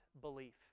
belief